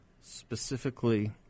specifically